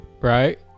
Right